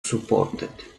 supported